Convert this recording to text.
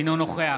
אינו נוכח